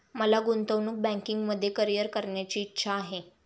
मला गुंतवणूक बँकिंगमध्ये करीअर करण्याची इच्छा आहे